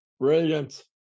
Brilliant